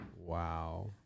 Wow